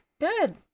Good